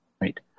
right